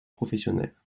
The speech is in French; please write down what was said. professionnelle